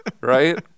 right